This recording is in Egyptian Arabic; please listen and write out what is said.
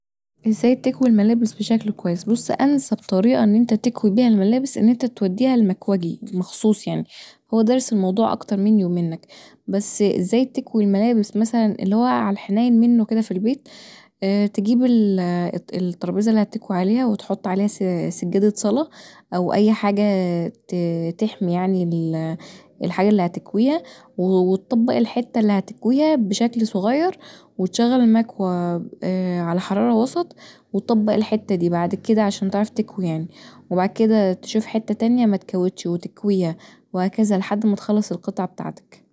ازاي تكوي الملابس بشكل كويس بص انسب طريقه ان انت تكوي بيها الملابس ان انت توديها للمكوجي مخصوص يعني هو دارس الموضوع اكتر مني ومنك بس ازاي تكوي الملابس اللي هو علي الحنين منه كدا في البيت تجيب الترابيزه اللي هتكوي عليها وتحط عليها سجادة صلا او اي حاجه تحمي يعني الحاجه اللي هتكويها وتطبق الحته االي هتكويها بشكل صغير وتشغل المكوه علي حراره وسط وتطبق الحته دي بعد كدا تشوف حته تانيه متكوتش وتكويها وتكذا لحد ما تخلص القطعه بتاعتك